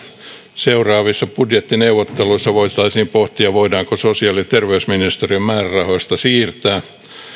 seuraavissa budjettineuvotteluissa voitaisiin pohtia voidaanko sosiaali ja terveysministeriön määrärahoista siirtää